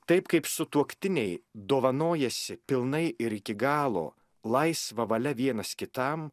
taip kaip sutuoktiniai dovanojasi pilnai ir iki galo laisva valia vienas kitam